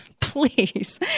please